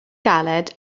galed